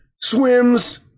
swims